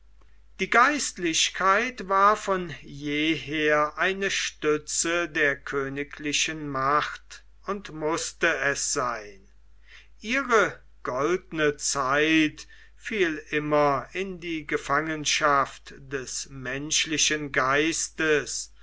die geistlichkeit war von jeher eine stütze der königlichen macht und mußte es sein ihre goldene zeit fiel immer in die gefangenschaft des menschlichen geistes